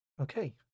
Okay